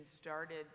started